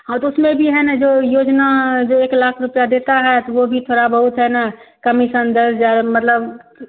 हाँ तो उसमें भी है ना जो योजना जो एक लाख रुपया देता है तो वह भी थोड़ा बहुत है ना कमीशन दस हज़ार मतलब